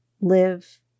live